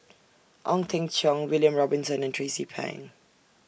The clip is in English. Ong Teng Cheong William Robinson and Tracie Pang